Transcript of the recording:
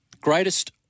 Greatest